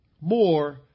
more